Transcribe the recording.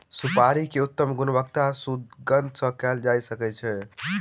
सुपाड़ी के उत्तम गुणवत्ता सुगंध सॅ कयल जा सकै छै